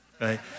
right